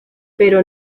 pero